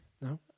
No